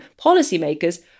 policymakers